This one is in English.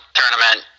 tournament